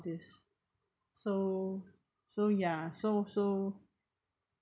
this so so ya so so